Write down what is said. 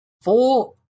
four